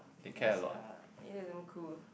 ya sia it is damn cool